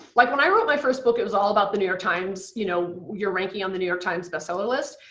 like when i wrote my first book it was all about the new york times, you know your ranking on the new york times bestseller bestseller list.